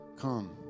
come